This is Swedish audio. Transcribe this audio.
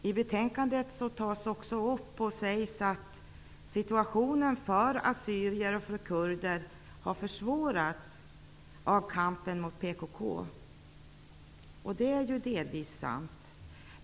I betänkandet sägs att situationen för assyrier och kurder har försvårats av kampen mot PKK. Det är delvis sant.